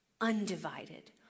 undivided